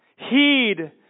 Heed